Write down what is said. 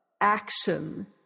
action